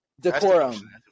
decorum